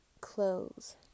clothes